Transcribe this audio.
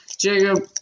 Jacob